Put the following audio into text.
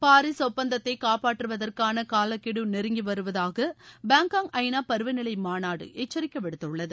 Paris ஒப்பந்தத்தை காப்பாற்றுவதற்கான காலக்கெடு நெருங்கிவருவதாக பாங்காக் ஐநா பருவநிலை மாநாடு எச்சரிக்கை விடுத்துள்ளது